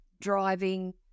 driving